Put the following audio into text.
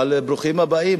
אבל ברוכים הבאים,